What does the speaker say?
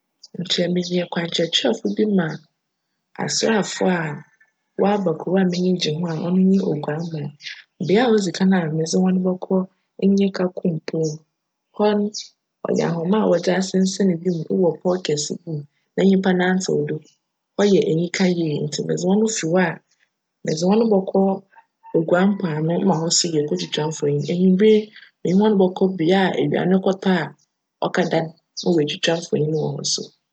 Nkyj meyj kwan kyerjkyerjfo bi ma aserafo a wcaba kurow a m'enyi gye ho a cno nye Oguaa. Bea a odzi kan a menye hcn bckc nye kakum pcw mu. Hc no cyj ahoma a wcdze asensan wimu wc pcw kjse no mu na nyimpa nantsew do. Cyj enyika yie ntsi medze hcn fi hc a, medze hcn bckc Oguaa mpoano mma hc so yekotwitwa mfonyin. Ewimbir no menye hcn bckc bea ewia no kctc a ckjda no na ma woetwitwa mfonyin wc hc so.